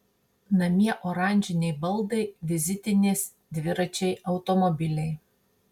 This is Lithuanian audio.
namie oranžiniai baldai vizitinės dviračiai automobiliai